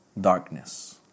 darkness